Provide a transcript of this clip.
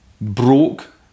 broke